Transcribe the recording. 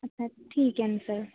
अच्छा ठीक आहे न सर